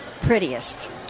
prettiest